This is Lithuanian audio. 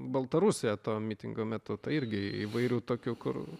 baltarusija to mitingo metu tai irgi įvairių tokių kur